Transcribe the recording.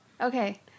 Okay